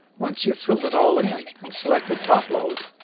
once you've filled it all in and selected topload,